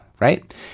right